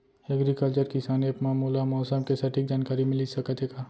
Agriculture किसान app मा मोला मौसम के सटीक जानकारी मिलिस सकत हे का?